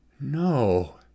No